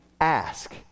ask